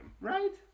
right